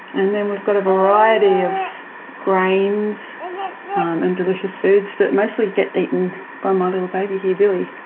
and then we've got a variety of grains and delicious foods that mostly get eaten by my little baby here, billie.